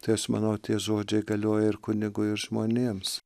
ties mano tie žodžiai galioja ir kunigui ir žmonėms